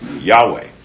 Yahweh